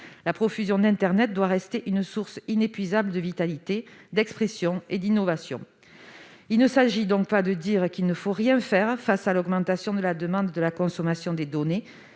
La profusion d'internet doit rester une source inépuisable de vitalité, d'expression et d'innovation ». Il ne s'agit donc pas de ne rien faire face à l'augmentation de la demande en consommation de données,